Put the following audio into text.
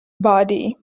body